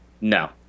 No